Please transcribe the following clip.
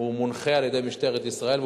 הוא מונחה על-ידי משטרת ישראל,